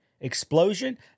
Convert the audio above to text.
explosion